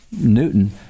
Newton